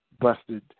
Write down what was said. busted